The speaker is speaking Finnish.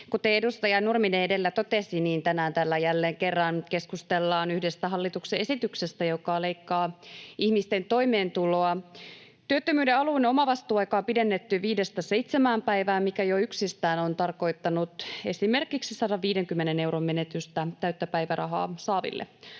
Kuten edustaja Nurminen edellä totesi, tänään täällä jälleen kerran keskustellaan yhdestä hallituksen esityksestä, joka leikkaa ihmisten toimeentuloa. Työttömyyden alun omavastuuaikaa on pidennetty viidestä seitsemään päivään, mikä jo yksistään on tarkoittanut esimerkiksi 150 euron menetystä täyttä päivärahaa saaville.